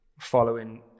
following